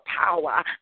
power